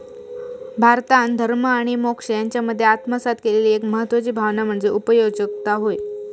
भारतान धर्म आणि मोक्ष यांच्यामध्ये आत्मसात केलेली एक महत्वाची भावना म्हणजे उगयोजकता होय